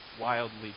wildly